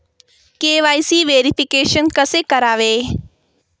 KYC verification कसे करावे?